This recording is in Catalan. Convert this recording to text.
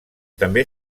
també